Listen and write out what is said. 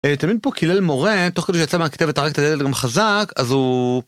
תלמיד פה קילל מורה, תוך כדי שיצא מהכיתה וגם טרק את הדלת גם חזק, אז הוא...